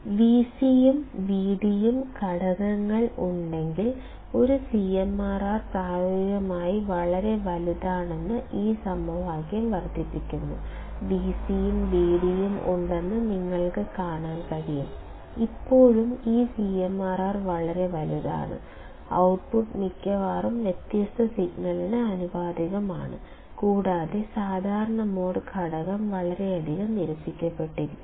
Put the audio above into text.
Vc ഉം Vd ഉം ഘടകങ്ങൾ ഉണ്ടെങ്കിലും ഒരു സിഎംആർആർ പ്രായോഗികമായി വളരെ വലുതാണെന്ന് ഈ സമവാക്യം വിശദീകരിക്കുന്നു Vc യും Vd യും ഉണ്ടെന്ന് നിങ്ങൾക്ക് കാണാൻ കഴിയും ഇപ്പോഴും ഈ CMRR വളരെ വലുതാണ് ഔട്ട്പുട്ട് മിക്കവാറും വ്യത്യസ്ത സിഗ്നലിന് ആനുപാതികമാണ് കൂടാതെ സാധാരണ മോഡ് ഘടകം വളരെയധികം നിരസിക്കപ്പെടുന്നു